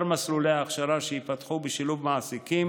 מספר מסלולי ההכשרה שייפתחו בשילוב מעסיקים